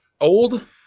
Old